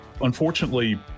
unfortunately